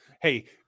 Hey